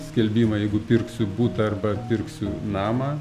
skelbimą jeigu pirksiu butą arba pirksiu namą